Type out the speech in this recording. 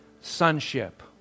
sonship